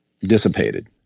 dissipated